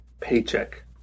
paycheck